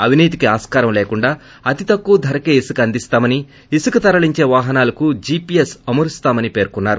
అవినీతికి ఆస్కారం లేకుండా అతితక్కువ ధరకు ఇసుక అందిస్తామని ఇసుక తరలించే వాహనాలకు జీపీఎస్ అమర్పుతామని పేర్కొన్నారు